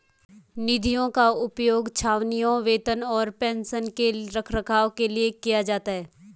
निधियों का उपयोग छावनियों, वेतन और पेंशन के रखरखाव के लिए किया जाता है